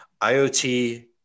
IoT